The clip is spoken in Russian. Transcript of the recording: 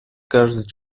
каждый